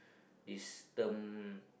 this term